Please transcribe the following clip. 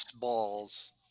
balls